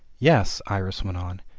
yes, iris went on,